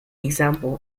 example